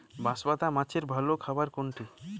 বাঁশপাতা মাছের ভালো খাবার কোনটি?